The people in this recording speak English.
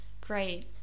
great